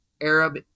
Arab